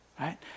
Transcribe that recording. right